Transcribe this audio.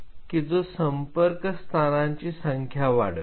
कि जो संपर्क स्थानांची संख्या वाढवेल